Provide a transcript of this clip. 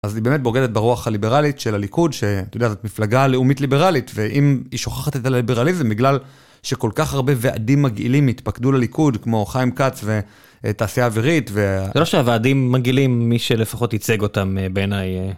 אז היא באמת בוגדת ברוח הליברלית של הליכוד שאתה יודע שזאת מפלגה לאומית ליברלית ואם היא שוכחת את הליברליזם בגלל שכל כך הרבה ועדים מגעילים התפקדו לליכוד כמו חיים כץ ותעשייה אווירית. זה לא שהוועדים מגעילים מי שלפחות ייצג אותם בעיניי.